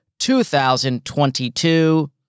2022